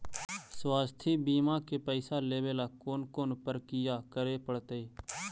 स्वास्थी बिमा के पैसा लेबे ल कोन कोन परकिया करे पड़तै?